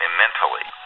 mentally